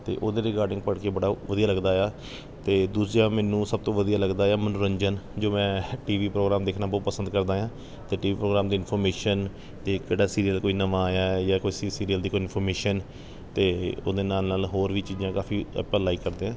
ਅਤੇ ਉਹਦੇ ਰਿਗਾਰਡਿੰਗ ਪੜ੍ਹ ਕੇ ਬੜਾ ਵਧੀਆ ਲੱਗਦਾ ਆ ਅਤੇ ਦੂਜਾ ਮੈਨੂੰ ਸਭ ਤੋਂ ਵਧੀਆ ਲੱਗਦਾ ਆ ਮਨੋਰੰਜਨ ਜੋ ਮੈ ਟੀਵੀ ਪ੍ਰੋਗਰਾਮ ਦੇਖਣਾ ਬਹੁਤ ਪਸੰਦ ਕਰਦਾ ਹਾਂ ਅਤੇ ਟੀਵੀ ਪ੍ਰੋਗਰਾਮ ਦੀ ਇਨਫੋਮੇਸ਼ਨ ਅਤੇ ਕਿਹੜਾ ਸੀਰੀਅਲ ਕੋਈ ਨਵਾਂ ਆਇਆ ਹੈ ਜਾਂ ਕੋਈ ਸੀ ਸੀਰੀਅਲ ਦੀ ਕੋਈ ਇਨਫੋਮੇਸ਼ਨ ਅਤੇ ਉਹਦੇ ਨਾਲ ਨਾਲ ਹੋਰ ਵੀ ਚੀਜ਼ਾਂ ਕਾਫੀ ਆਪਾਂ ਲਾਇਕ ਕਰਦੇ ਹਾਂ